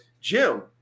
Jim